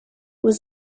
was